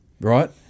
Right